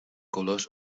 colors